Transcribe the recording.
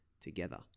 together